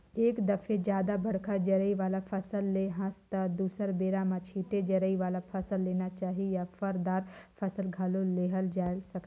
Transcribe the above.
एक दफे जादा बड़का जरई वाला फसल ले हस त दुसर बेरा म छोटे जरई वाला फसल लेना चाही या फर, दार फसल घलो लेहल जाए सकथे